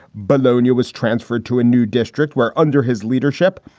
boloney was transferred to a new district where, under his leadership,